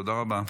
תודה רבה.